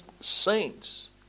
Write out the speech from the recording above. saints